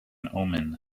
omen